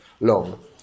long